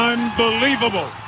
Unbelievable